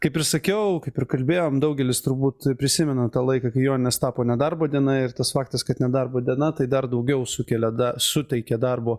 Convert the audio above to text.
kaip ir sakiau kaip ir kalbėjom daugelis turbūt prisimena tą laiką kai joninės tapo nedarbo diena ir tas faktas kad nedarbo diena tai dar daugiau sukelia da suteikia darbo